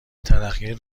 ترقی